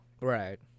Right